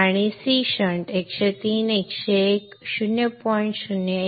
आणि Cshunt 103 101 0